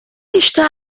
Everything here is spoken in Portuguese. está